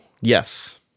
Yes